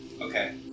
Okay